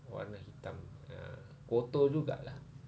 warna hitam ah kotor juga lah